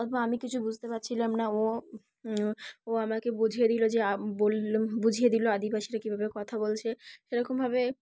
অথবা আমি কিছু বুঝতে পারছিলাম না ও আমাকে বুঝিয়ে দিলো যে বলল বুঝিয়ে দিলো আদিবাসীরা কীভাবে কথা বলছে সেরকমভাবে